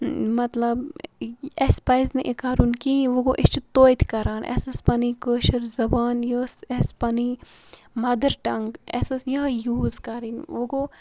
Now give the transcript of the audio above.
مَطلَب اَسہِ پَزِ نہٕ اِ کَرُن کِہیٖنۍ مَگَر أسۍ چھِ توتہِ کَران اَسہِ ٲس پَنٕنۍ کٲشِر زَبان یہِ ٲس اَسہِ پَنٕنۍ مَدَر ٹَنٛگ اَسہِ ٲس یِہے یوٗز کَرٕنۍ وۄنۍ گوٚو